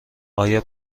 آیا